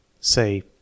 Say